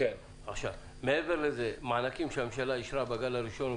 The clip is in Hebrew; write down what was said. מה לגבי מענקים שהממשלה אישרה בגל הראשון?